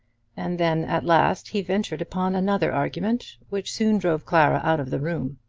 and then at last he ventured upon another argument which soon drove clara out of the room.